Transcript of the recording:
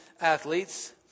athletes